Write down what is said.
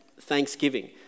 thanksgiving